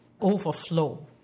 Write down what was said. overflow